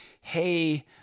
hey